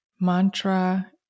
mantra